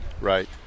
Right